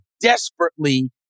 desperately